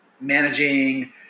managing